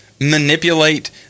manipulate